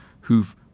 who've